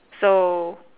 so